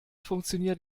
funktioniert